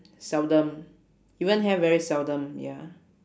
seldom even have very seldom ya